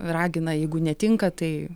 ragina jeigu netinka tai